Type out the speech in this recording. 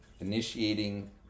initiating